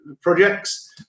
projects